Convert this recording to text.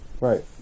Right